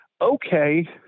okay